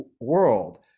world